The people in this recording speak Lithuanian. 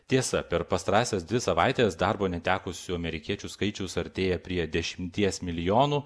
tiesa per pastarąsias dvi savaites darbo netekusių amerikiečių skaičius artėja prie dešimties milijonų